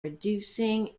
reducing